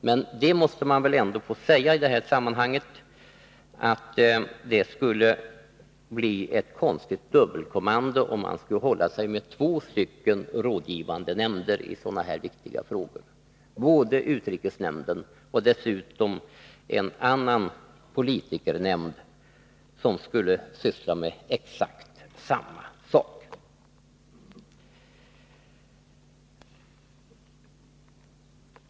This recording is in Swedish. Men det måste man väl ändå få säga i detta sammanhang att det skulle bli ett konstigt dubbelkommando om man skulle hålla sig med två rådgivande nämnder i sådana här viktiga frågor, både utrikesnämnden och dessutom en annan politikernämnd, som skulle syssla med exakt samma sak.